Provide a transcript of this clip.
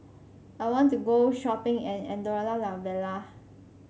I want to go shopping in Andorra La Vella